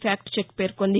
fact check పేర్కొంది